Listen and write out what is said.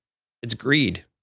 it's greed.